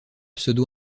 pseudo